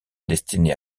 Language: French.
destiné